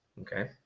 Okay